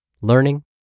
learning